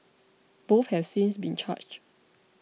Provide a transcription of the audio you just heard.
both have since been charged